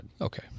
Okay